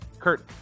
Kurt